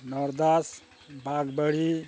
ᱱᱚᱨᱫᱟᱥ ᱵᱟᱠ ᱵᱟᱹᱲᱤ